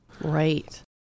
Right